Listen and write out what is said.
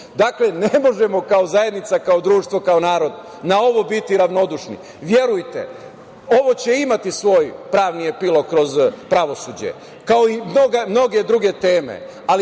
dakle, ne možemo kao zajednica, kao društvo, kao narod na ovo biti ravnodušni. Verujte mi, ovo će imati svoj pravni epilog kroz pravosuđe, kao i mnoge druge teme,